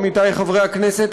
עמיתי חברי הכנסת,